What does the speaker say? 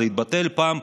זה התבטל פעם,